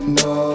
no